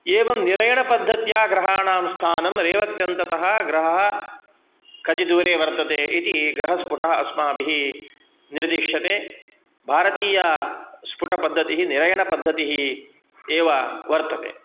एवं निरेणपद्धत्या ग्रहाणां स्थानं रेवत्यन्ततः ग्रहाः कति दूरे वर्तते इति ग्रहस्फुटः अस्माभिः निर्दिश्यते भारतीयस्फुटपद्धतिः निरैणपद्धतिः एव वर्तते